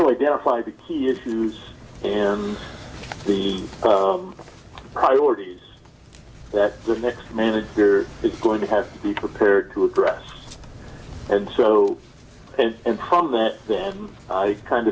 to identify the key issues and the priorities that the next manager is going to have to be prepared to address and so and from that then kind